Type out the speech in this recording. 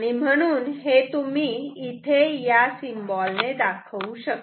म्हणून हे तुम्ही इथे या सिम्बॉल ने दाखवू शकतात